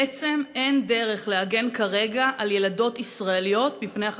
בעצם אין דרך להגן כרגע על ילדות ישראליות מפני החשודה?